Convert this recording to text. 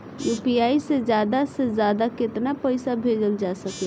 UPI से ज्यादा से ज्यादा केतना पईसा भेजल जा सकेला?